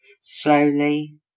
Slowly